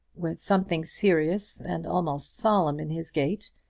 with something serious and almost solemn in his gait,